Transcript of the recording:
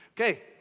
Okay